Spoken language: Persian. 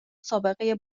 سابقه